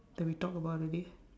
that we talked about already